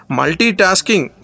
multitasking